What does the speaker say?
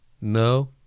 No